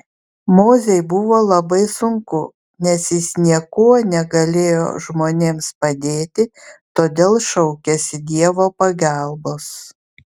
mozei buvo labai sunku nes jis niekuo negalėjo žmonėms padėti todėl šaukėsi dievo pagalbos